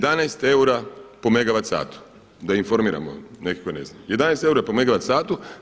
11 eura po megavat satu, da informiramo neke koji ne znaju, 11 eura po megavat satu.